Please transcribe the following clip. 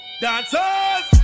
dancers